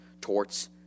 torts